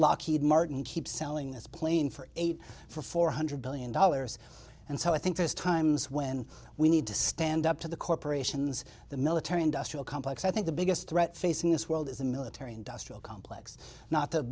lockheed martin keep selling this plane eight for four hundred billion dollars and so i think there's times when we need to stand up to the corporations the military industrial complex i think the biggest threat facing this world is the military industrial complex not the